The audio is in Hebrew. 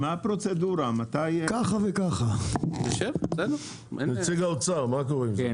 נציג האוצר, מה קורה עם זה?